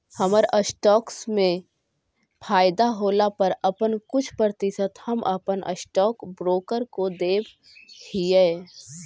हमर स्टॉक्स में फयदा होला पर अपन कुछ प्रतिशत हम अपन स्टॉक ब्रोकर को देब हीअई